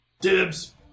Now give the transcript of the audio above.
Dibs